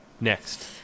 next